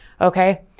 okay